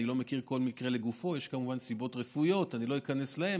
אני לא מכיר כל מקרה לגופו ויש כמובן סיבות רפואיות ולא איכנס אליהן,